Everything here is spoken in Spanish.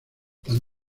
tan